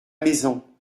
maison